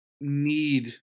need